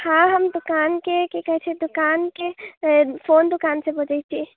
हँ हम दुकानके की कहैत छै दुकानके फोन दुकान से बजैत छी